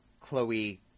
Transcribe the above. Chloe